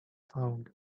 found